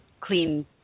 clean